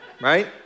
right